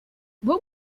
what